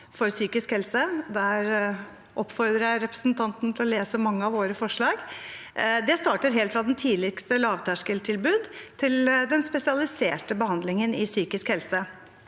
om psykisk helse. Jeg oppfordrer representanten Vasvik til å lese mange av våre forslag. Det starter helt fra det tidligste lavterskeltilbud til den spesialiserte behandlingen i psykisk